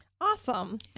Awesome